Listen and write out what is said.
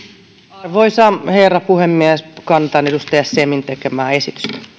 arvoisa herra puhemies kannatan edustaja semin tekemää esitystä